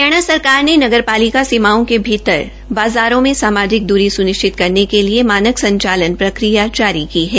हरियाणा सरकार ने नगरपालिका सीमाओं के भीतर बाज़ारों में सामाजिक दूरी सुनिश्चित करने के लिए मानक संचालन प्रक्रिया जारी की है